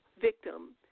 victim